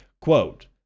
Quote